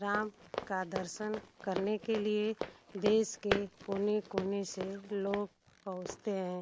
राम का दर्शन करने के लिए देश के कोने कोने से लोग पहुँचते हैं